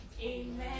Amen